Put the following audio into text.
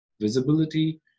visibility